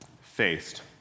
faced